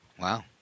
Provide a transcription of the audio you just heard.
Wow